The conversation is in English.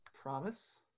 Promise